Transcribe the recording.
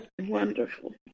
Wonderful